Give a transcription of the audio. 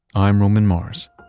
i'm roman mars.